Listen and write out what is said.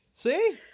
see